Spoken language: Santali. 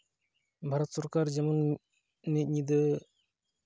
ᱵᱷᱟᱨᱚᱛ ᱥᱚᱨᱠᱟᱨ ᱡᱮᱢᱚᱱ ᱢᱤᱫ ᱧᱤᱫᱟᱹ